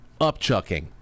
upchucking